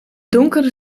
donkere